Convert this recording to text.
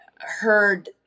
heard